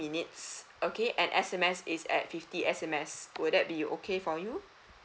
minutes okay and S_M_S it's at fifty S_M_S will that be okay for you